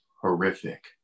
horrific